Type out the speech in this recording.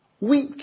weak